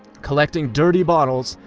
collecting dirty bottles,